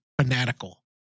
fanatical